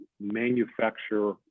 manufacture